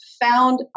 found